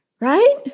Right